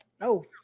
No